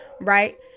Right